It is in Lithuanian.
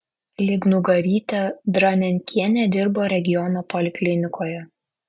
lygnugarytė dranenkienė dirbo regiono poliklinikoje